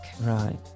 right